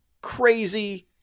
crazy